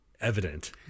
evident